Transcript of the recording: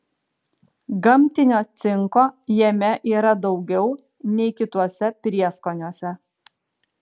gamtinio cinko jame yra daugiau nei kituose prieskoniuose